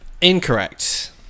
Incorrect